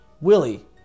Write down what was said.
Willie